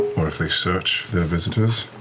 or if they search their visitors?